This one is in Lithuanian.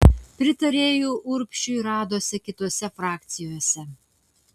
pritarėjų urbšiui radosi kitose frakcijose